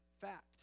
fact